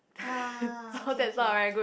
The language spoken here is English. ah okay okay